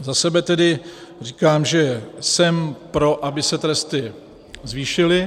Za sebe tedy říkám, že jsem pro, aby se tresty zvýšily.